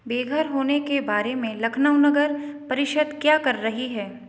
बेघर होने के बारे में लखनऊ नगर परिषद क्या कर रही है